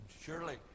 surely